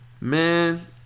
Man